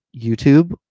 YouTube